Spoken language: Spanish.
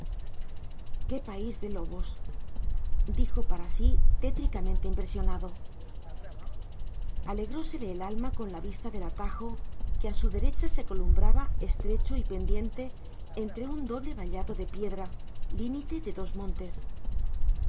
qué país de lobos dijo para sí tétricamente impresionado alegrósele el alma con la vista del atajo que a su derecha se columbraba estrecho y pendiente entre un doble vallado de piedra límite de dos montes